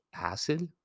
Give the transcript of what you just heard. acid